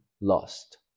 lost